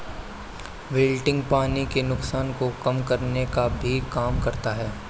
wilting पानी के नुकसान को कम करने का भी काम करता है